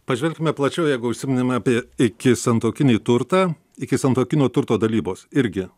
pažvelkime plačiau jeigu užsiminėm apie ikisantuokinį turtą ikisantuokinio turto dalybos irgi